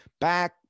back